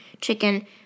chicken